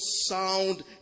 sound